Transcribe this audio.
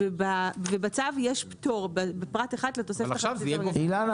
ובצו יש פטור --- אילנה,